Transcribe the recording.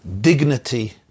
dignity